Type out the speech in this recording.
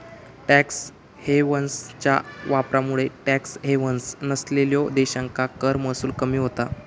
tax हेव्हन्सच्या वापरामुळे tax havens नसलेल्यो देशांका कर महसूल कमी होता